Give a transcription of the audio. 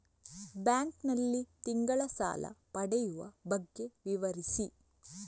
Bank ನಲ್ಲಿ ತಿಂಗಳ ಸಾಲ ಪಡೆಯುವ ಬಗ್ಗೆ ವಿವರಿಸಿ?